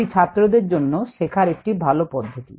এটি ছাত্রদের জন্য শেখার একটি ভাল পদ্ধতি